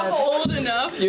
old enough.